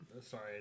Sorry